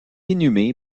inhumé